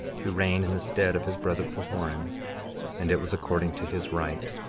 to reign in the stead of his brother pahoran and it was according to his right.